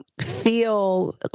feel